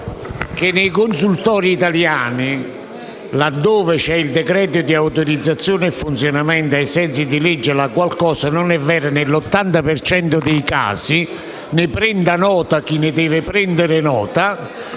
che nei consultori italiani, laddove c'è il decreto di autorizzazione e funzionamento ai sensi di legge - il che non è vero nell'80 per cento dei casi, e ne prenda nota chi deve farlo - non